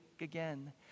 again